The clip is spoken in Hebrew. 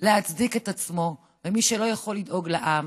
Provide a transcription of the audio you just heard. להצדיק את עצמו כמי שלא יכול לדאוג לעם,